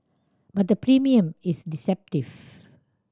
but the premium is deceptive